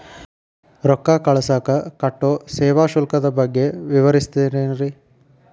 ರೊಕ್ಕ ಕಳಸಾಕ್ ಕಟ್ಟೋ ಸೇವಾ ಶುಲ್ಕದ ಬಗ್ಗೆ ವಿವರಿಸ್ತಿರೇನ್ರಿ?